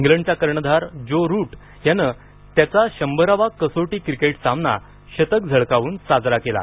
इंग्लंडचा कर्णधार Joe Root यानं त्याच्या शंभराव्या कसोटी सामना शतक झळकावून साजरा केला